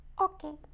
Okay